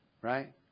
Right